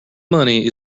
money